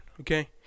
okay